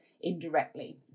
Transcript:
indirectly